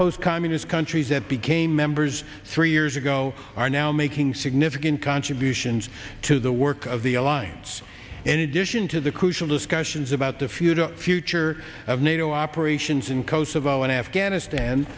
post communist countries that became members three years ago are now making significant contributions to the work of the alliance in addition to the crucial discussions about the future future of nato operations in kosovo and afghanistan